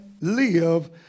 live